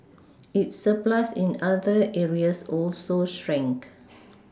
its surplus in other areas also shrank